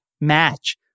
match